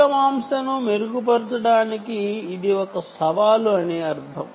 throughput ని మెరుగుపరచడానికి ఇది ఒక సవాలు అని దీని అర్థం